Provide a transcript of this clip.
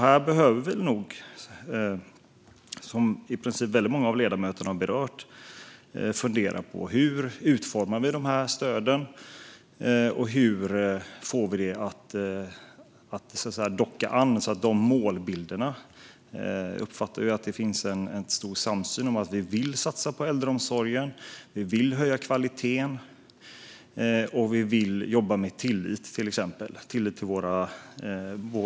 Här behöver vi nog, som väldigt många av ledamöterna har berört, fundera på: Hur utformar vi stöden, och hur får vi det att docka till målbilderna? Jag uppfattar att det finns en stor samsyn om att vi vill satsa på äldreomsorgen. Vi vill höja kvaliteten, och vi vill jobba med till exempel tillit.